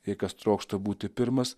jei kas trokšta būti pirmas